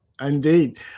Indeed